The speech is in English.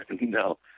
No